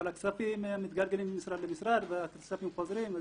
אבל הכספים מתגלגלים ממשרד למשרד וחוזרים.